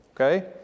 okay